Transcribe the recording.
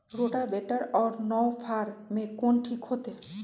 Rotavator और नौ फ़ार में कौन ठीक होतै?